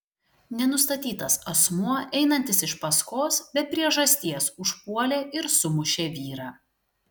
nenustatytas asmuo einantis iš paskos be priežasties užpuolė ir sumušė vyrą